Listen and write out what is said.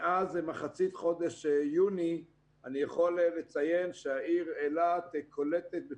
ומאז אמצע חודש יוני אני יכול לציין שהעיר אילת קולטת לתוכה